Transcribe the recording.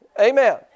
Amen